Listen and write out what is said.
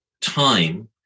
time